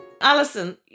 Alison